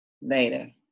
later